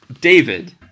David